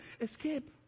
Escape